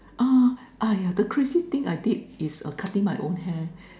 ah yeah the craziest thing I did is cutting my own hair